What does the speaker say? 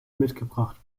mitgebracht